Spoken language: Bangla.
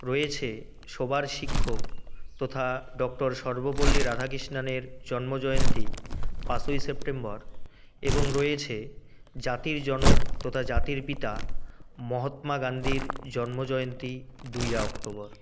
রয়েছে সবার শিক্ষক তথা ডক্টর সর্বপল্লী রাধাকৃষ্ণাণের জন্মজয়ন্তী পাঁচই সেপ্টেম্বর এবং রয়েছে জাতির জনক তথা জাতির পিতা মহাত্মা গান্ধীর জন্মজয়ন্তী দোসরা অক্টোবর